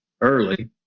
early